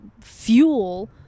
fuel